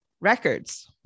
records